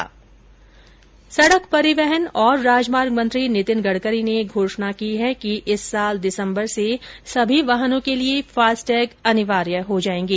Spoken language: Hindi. सड़क परिवहन और राजमार्ग मंत्री नितिन गड़करी ने घोषणा की है कि इस वर्ष दिसंबर से सभी वाहनों के लिए फास्टैग अनिवार्य हो जाएंगे